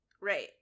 Right